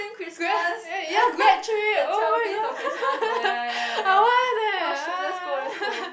grad eh ya grad trip oh-my-god I want leh ah